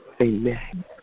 Amen